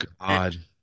God